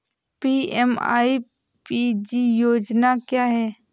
PMEPG योजना क्या है?